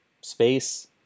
space